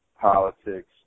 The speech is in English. politics